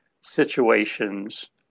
situations